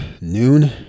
noon